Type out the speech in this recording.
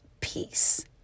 peace